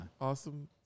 Awesome